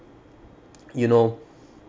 you know